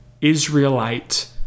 israelite